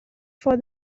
for